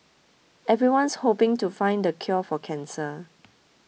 everyone's hoping to find the cure for cancer